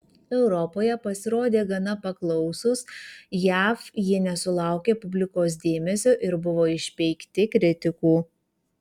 europoje pasirodė gana paklausūs jav jie nesulaukė publikos dėmesio ir buvo išpeikti kritikų